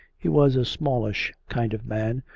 he was a smallish kind of man,